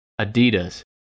Adidas